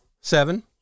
Seven